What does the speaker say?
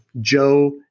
Joe